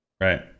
Right